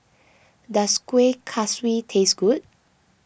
does Kueh Kaswi taste good